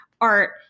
art